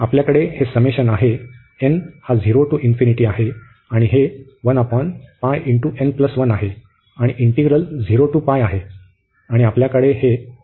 तर आपल्याकडे हे समेशन आहे n हा to आहे आणि हे आहे आणि इंटिग्रल आहे आणि आपल्याकडे हे आहे